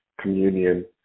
communion